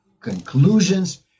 conclusions